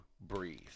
Breathe